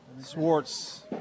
Swartz